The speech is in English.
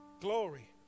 Glory